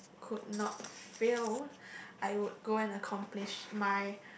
could not fail I would go and accomplish my